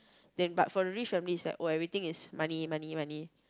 then but for the rich family is like oh everything is money money money